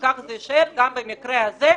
וכך זה יישאר גם במקרה הזה,